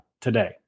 today